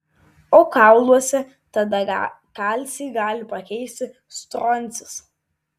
o kauluose tada kalcį gali pakeisti stroncis